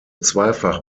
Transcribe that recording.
zweifach